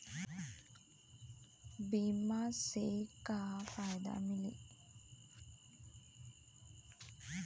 बीमा से का का फायदा मिली?